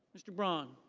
mr. braun.